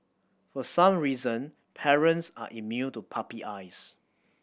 for some reason parents are immune to puppy eyes